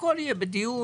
הכול יהיה בדיון,